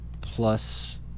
plus